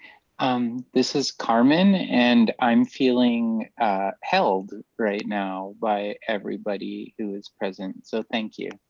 um this is carmen. and i'm feeling held right now by everybody who is present. so thank you.